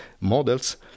models